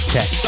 Tech